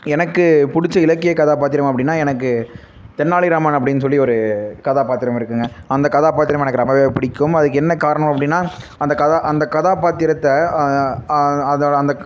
எனக்கு பிடிச்ச இலக்கிய கதாபாத்திரம் அப்படின்னா எனக்கு தெனாலிராமன் அப்படின்னு சொல்லி ஒரு கதாபாத்திரம் இருக்குதுங்க அந்த கதாபாத்திரம் எனக்கு ரொம்பவே பிடிக்கும் அதுக்கு என்ன காரணம் அப்படின்னா அந்த கதா அந்த கதாபாத்திரத்தை அதை அந்த